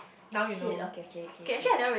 shit okay K K K